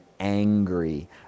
angry